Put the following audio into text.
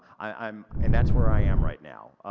i'm, and that's where i am right now.